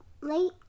late